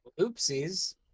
Oopsies